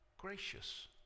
gracious